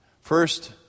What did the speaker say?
first